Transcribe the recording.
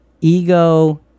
Ego